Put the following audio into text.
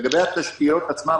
לגבי התשתיות עצמן,